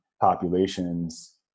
populations